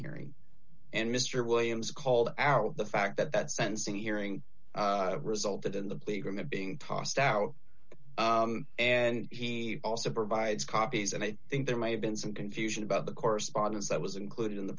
hearing and mr williams called d out the fact that sensing a hearing resulted in the playground that being tossed out and he also provides copies and i think there may have been some confusion about the correspondence that was included in the